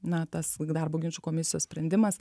na tas darbo ginčų komisijos sprendimas